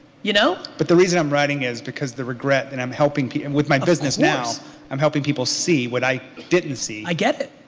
you know? but the reason i'm writing is because the regret and i'm helping him with my business now i'm helping people see what i didn't see. i get it.